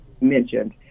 mentioned